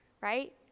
right